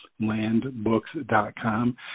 landbooks.com